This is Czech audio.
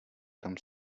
tam